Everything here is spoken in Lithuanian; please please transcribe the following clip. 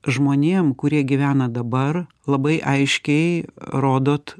žmonėm kurie gyvena dabar labai aiškiai rodot